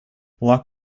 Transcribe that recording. lock